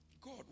God